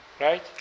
Right